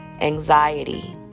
anxiety